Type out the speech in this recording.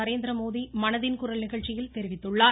நரேந்திரமோடி மனதின் குரல் நிகழ்ச்சியில் தெரிவித்துள்ளார்